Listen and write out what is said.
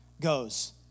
goes